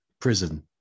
prison